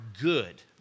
good